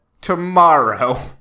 tomorrow